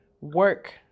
work